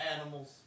Animals